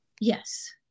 Yes